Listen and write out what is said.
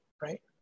right